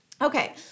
Okay